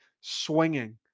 swinging